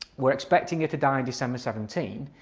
we're expecting her to die in december seventeen.